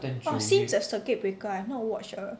!wah! since the circuit breaker I've not watched a